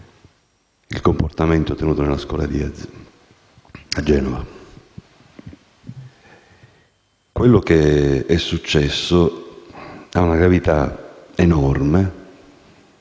il comportamento tenuto nella scuola Diaz di Genova. Ciò che è successo è di una gravità enorme